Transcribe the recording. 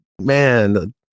man